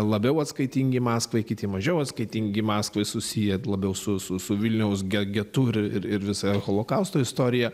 labiau atskaitingi maskvai kiti mažiau atskaitingi maskvai susiję labiau su su su vilniaus ge getu ir ir visa holokausto istorija